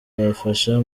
bizafasha